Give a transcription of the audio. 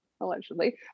allegedly